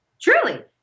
Truly